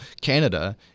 Canada